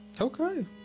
Okay